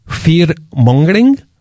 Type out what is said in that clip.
fear-mongering